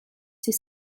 ses